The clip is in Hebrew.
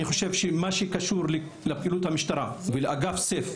אני חושב שמה שקשור לפקידות המשטרה ולאגף סיף,